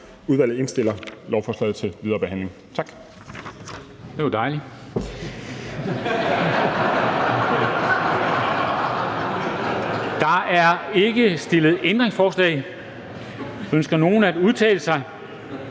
udvalget indstiller lovforslaget til videre behandling.